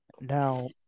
Now